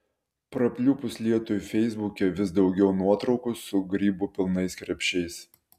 prapliupus lietui feisbuke vis daugiau nuotraukų su grybų pilnais krepšiais